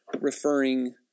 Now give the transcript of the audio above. referring